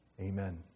Amen